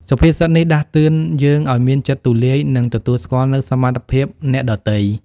សុភាសិតនេះដាស់តឿនយើងឲ្យមាន ចិត្តទូលាយ និង ទទួលស្គាល់នូវសមត្ថភាពអ្នកដទៃ។